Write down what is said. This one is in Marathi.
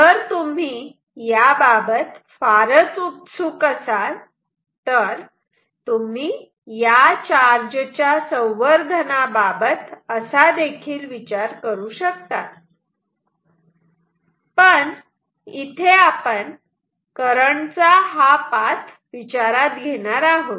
जर तुम्ही याबाबत फारच उत्सुक असाल तर तुम्ही या चार्ज च्या संवर्धना बाबत असा देखील विचार करू शकतात पण इथे आपण करंटचा हा पाथ विचारात घेणार आहोत